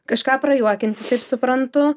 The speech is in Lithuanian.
kažką prajuokinti kaip suprantu